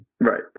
Right